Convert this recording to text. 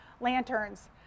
lanterns